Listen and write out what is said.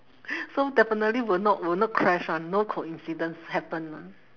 so definitely will not will not crash [one] no coincidence happen